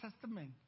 Testament